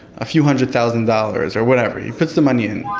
a few hundred thousand dollars' or whatever, he puts the money in,